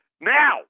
now